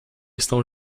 estão